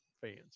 fans